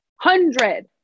hundred